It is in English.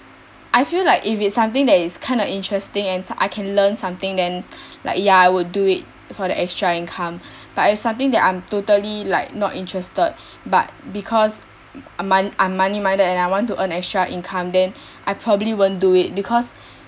I feel like if it's something that is kind of interesting and I can learn something then like ya I would do it for the extra income but if it's something that like I'm totally like not interested but because I'm mo~ I'm money minded and I want to earn extra income then I probably won't do it because